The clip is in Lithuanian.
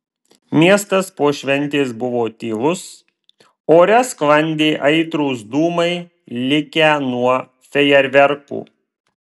miestas po šventės buvo tylus ore sklandė aitrūs dūmai likę nuo fejerverkų